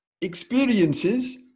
experiences